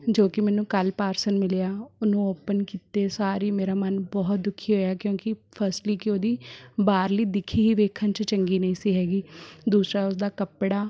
ਜੋ ਕਿ ਮੈਨੂੰ ਕੱਲ੍ਹ ਪਾਰਸਲ ਮਿਲਿਆ ਉਹਨੂੰ ਓਪਨ ਕੀਤੇ ਸਾਰੀ ਮੇਰਾ ਮਨ ਬਹੁਤ ਦੁਖੀ ਹੋਇਆ ਕਿਉਂਕਿ ਫਸਟਲੀ ਕਿ ਉਹਦੀ ਬਾਹਰਲੀ ਦਿਖ ਹੀ ਵੇਖਣ 'ਚ ਚੰਗੀ ਨਹੀਂ ਸੀ ਹੈਗੀ ਦੂਸਰਾ ਉਸਦਾ ਕੱਪੜਾ